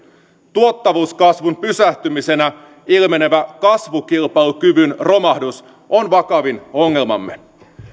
tuottavuuskasvun pysähtymisenä ilmenevä kasvukilpailukyvyn romahdus on vakavin ongelma